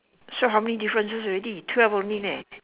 so how many differences already twelve only leh